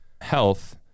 Health